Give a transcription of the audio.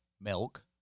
Milk